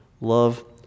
Love